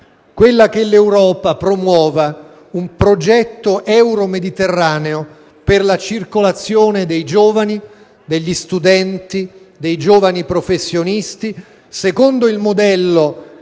quella che l'Europa promuova una progetto euro- Mediterraneo per la circolazione dei giovani, degli studenti, dei giovani professionisti secondo il modello